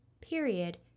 period